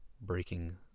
breaking